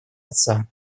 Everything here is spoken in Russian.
отца